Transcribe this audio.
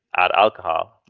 add alcohol.